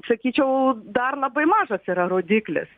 sakyčiau dar labai mažas ir rodyklis